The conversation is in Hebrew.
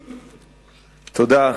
תודה.